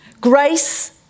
grace